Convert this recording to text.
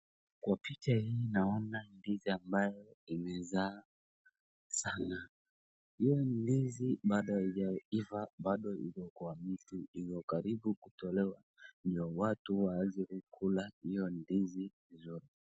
Kwa picha hii naona ndizi ambayo imezaa sana, hiyo ndizi bado haijaiva, bado iko kwa mti iko karibu kutolewa na watu waanze kukula hiyo ndizi vizuri.